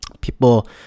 people